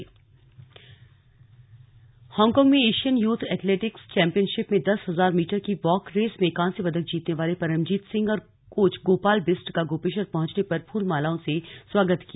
slug खिलाड़ी स्वागत Hong Kong में एशियन यूथ एथलेटिक्स चैंपियनशिप में दस हजार मीटर की वॉक रेस में कांस्य पदक जीतने वाले परमजीत सिंह और कोच गोपाल बिष्ट का गोपेश्वर पहुंचने पर फूल मालाओं से स्वागत किया